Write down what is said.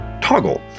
Toggle